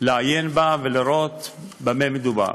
לעיין בה ולראות במה מדובר.